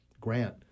grant